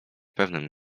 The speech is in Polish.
pewnym